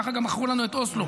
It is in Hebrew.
ככה מכרו לנו גם את אוסלו,